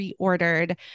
reordered